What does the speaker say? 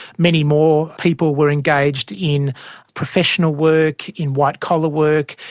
many more people were engaged in professional work, in white-collar work,